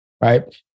right